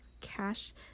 cash